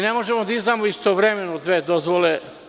Ne možemo da izdamo istovremeno dve dozvole.